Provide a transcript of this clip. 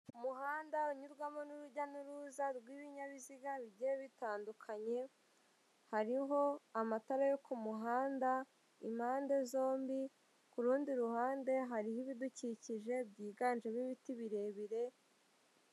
Umuhanda unyurwamo n'urujya n'uruza rw'ibinyabiziga bigiye bitandukanye hariho amatara yo ku muhanda impande zombi kuru rundi ruhande hariho ibidukikije byiganjemo ibiti birebire.